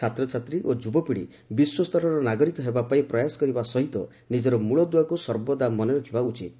ଛାତ୍ରଛାତ୍ରୀ ଓ ଯୁବପୀଢ଼ି ବିଶ୍ୱସ୍ତରର ନାଗରିକ ହେବା ପାଇଁ ପ୍ରୟାସ କରିବା ସହିତ ନିଜର ମୂଳଦୁଆକୁ ସଦାସର୍ବଦା ମନେ ରଖିବା ଉଚିତ୍